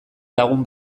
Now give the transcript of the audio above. lagun